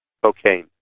cocaine